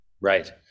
Right